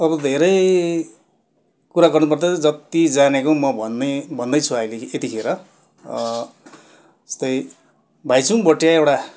अब धेरै कुरा गर्नुपर्दा चाहिँ जति जानेको म भन्ने भन्दैछु अहिले यतिखेर यस्तै भाइचुङ भोटिया एउटा